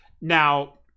Now